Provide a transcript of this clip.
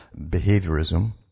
behaviorism